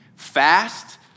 Fast